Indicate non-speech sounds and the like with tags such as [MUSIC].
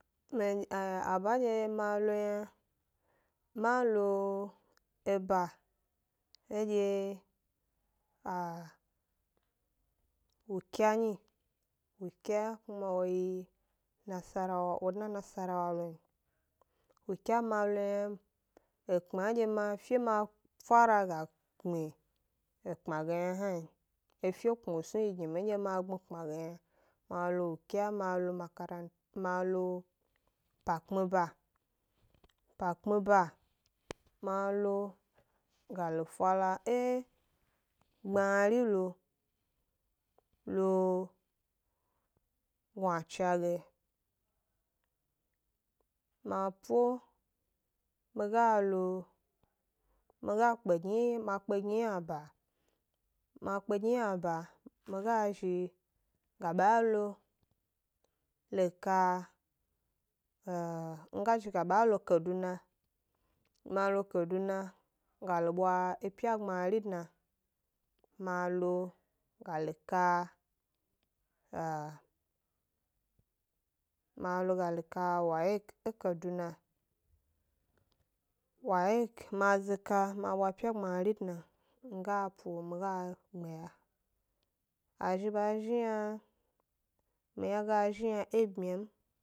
Mi [HESITATION] abandye ma lo yna, ma lo eba edye [HESITATION] ukya nyi, ukya kuma wo yi nasarawa wo dna e nasarawa lo n, ukya ma lo yna ekpma ma fe ma fara ga gbmi ekpma ge yna hna n, efe kpmi snu yi yi gi mi edye ma gbmi kpma ge yna hna n, ma lo ukya ma lo makaran ma lo 'pa kpmi 'ba, 'pa kpmi 'ba, ma lo ga lo fala e gbmari lo, lo gnuacha ge, ma po mi ga lo, mi ga kpe gni ma kpegni ynaba ma kpegni ynaba mi ga zhi ga ba lo lo ka ee nga zhi ga ba lo kaduna, ma lo kaduna ga lo bwa epya gbmari dna, ma lo ga lo ka ah ma lo ga lo ka wayek e kaduna, wayek ma zo ma bwa 'pya gbmari dna mi ga po mi ga gbmiya, a zhi ba zhi yna, mi yna ge a zhi yna e byma m